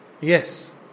Yes